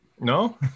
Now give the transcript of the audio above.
no